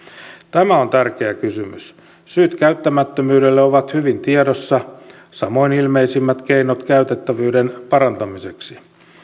tämä on tärkeä kysymys syyt käyttämättömyydelle ovat hyvin tiedossa samoin ilmeisimmät keinot käytettävyyden parantamiseksi